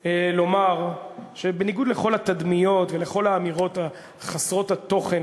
לומר שבניגוד לכל התדמיות ולכל האמירות חסרות התוכן